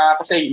kasi